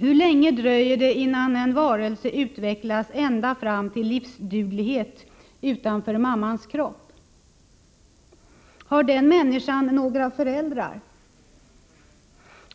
Hur länge dröjer det innan en varelse kan utvecklas ända fram till livsduglighet utanför mammans kropp? Har den människan några föräldrar?